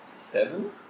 Seven